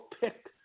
pick